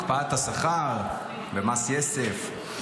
הקפאת השכר ומס יסף.